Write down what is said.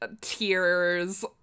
tears